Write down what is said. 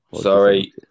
Sorry